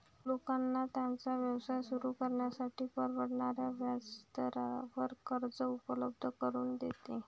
लोकांना त्यांचा व्यवसाय सुरू करण्यासाठी परवडणाऱ्या व्याजदरावर कर्ज उपलब्ध करून देते